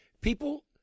people